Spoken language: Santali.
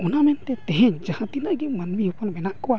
ᱚᱱᱟ ᱢᱮᱱᱛᱮ ᱛᱮᱦᱮᱧ ᱡᱟᱦᱟᱸ ᱛᱤᱱᱟᱹᱜ ᱜᱮ ᱢᱟᱹᱱᱢᱤ ᱦᱚᱯᱚᱱ ᱢᱮᱱᱟᱜ ᱠᱚᱣᱟ